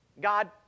God